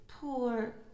poor